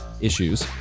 issues